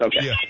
Okay